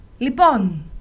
Lipon